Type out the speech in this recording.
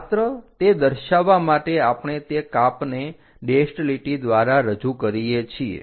માત્ર તે દર્શાવવા માટે આપણે તે કાપ ને ડેશ્ડ લીટી દ્વારા રજુ કરીએ છીએ